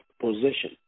position